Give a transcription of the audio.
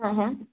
हां हां